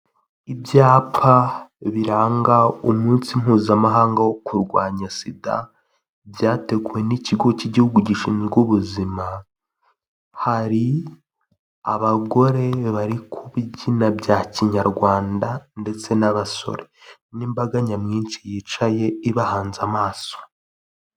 Ibyapa biranga umunsi mpuzamahanga wo kurwanya sida byateguwe n'ikigo cy'igihugu gishinzwe ubuzima, hari abagore bari ku biba bya kinyarwanda ndetse n'abasore n'imbaga nyamwinshi yicaye ibahanze amaso.